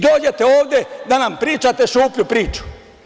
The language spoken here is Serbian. Dođete ovde da nam pričate šuplju priču?